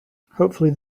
hopefully